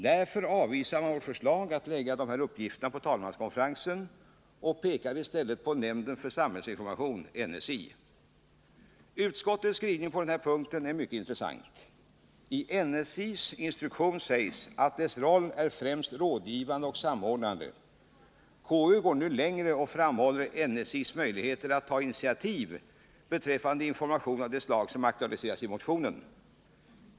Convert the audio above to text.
Därför avvisar man vårt förslag att lägga dessa uppgifter på Utskottets skrivning på denna punkt är mycket intressant. I NSI:s 16 april 1980 instruktion sägs att dess roll är främst rådgivande och samordnande. KU går nu längre och framhåller NSI:s möjligheter att ta initiativ beträffande information av det slag som aktualiseras i motionen.